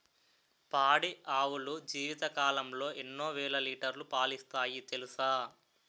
పాడి ఆవులు జీవితకాలంలో ఎన్నో వేల లీటర్లు పాలిస్తాయి తెలుసా